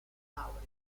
laurea